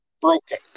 broken